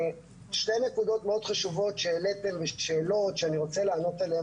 שתי נקודות מאוד חשובות שהעליתם ושאלות שאני רוצה לענות עליהן,